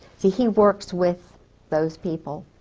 see he works with those people.